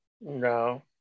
No